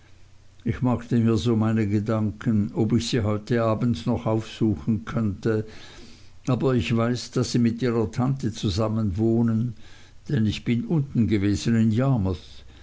ich machte mir so meine gedanken ob ich sie heute abends noch aufsuchen könnte aber ich weiß daß sie mit ihrer tante zusammenwohnen denn ich bin unten gewesen in